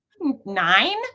nine